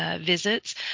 visits